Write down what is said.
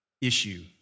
issue